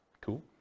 Cool